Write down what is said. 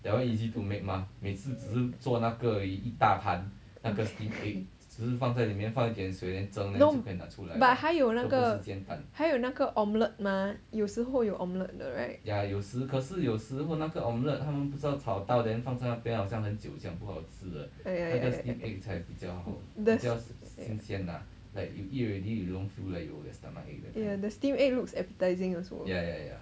no but 还有那个还有那个 omelette mah 有时候有 omelette 的 right ah ya ya ya ya the ya the steam egg looks appetising also